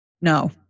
No